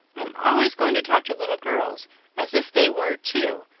i'm always going to talk to little girls as if they were too,